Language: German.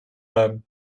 bleiben